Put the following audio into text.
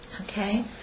Okay